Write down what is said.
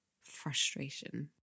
frustration